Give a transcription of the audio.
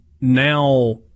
now